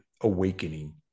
awakening